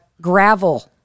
gravel